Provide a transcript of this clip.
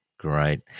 Great